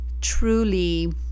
truly